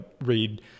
read